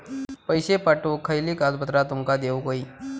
पैशे पाठवुक खयली कागदपत्रा तुमका देऊक व्हयी?